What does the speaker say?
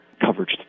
coverage